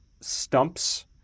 stumps